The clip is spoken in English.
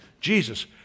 Jesus